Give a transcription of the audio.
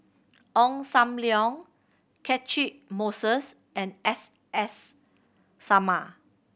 Ong Sam Leong Catchick Moses and S S Sarma